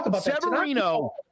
Severino